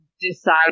decide